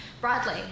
broadly